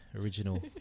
original